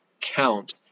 count